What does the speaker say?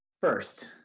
first